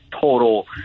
total